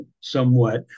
somewhat